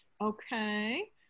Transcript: Okay